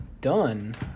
done